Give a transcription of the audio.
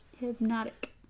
Hypnotic